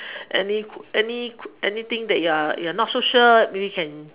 any any anything that you're you're not so sure maybe can